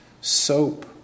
soap